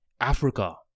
Africa